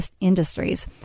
industries